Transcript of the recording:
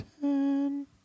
ten